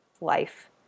life